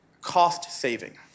cost-saving